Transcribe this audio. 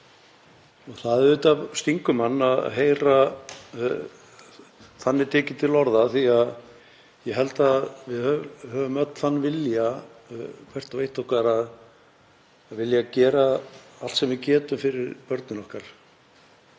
Það auðvitað stingur mann að heyra þannig tekið til orða því að ég held að við höfum öll þann vilja, hvert og eitt okkar, að vilja gera allt sem við getum fyrir börnin okkar.